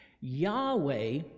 Yahweh